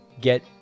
get